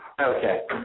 Okay